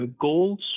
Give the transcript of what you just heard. goals